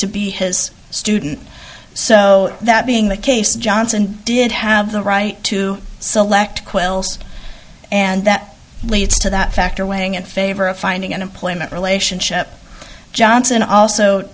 to be his student so that being the case johnson did have the right to select quells and that relates to that factor weighing in favor of finding an employment relationship johnson also